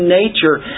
nature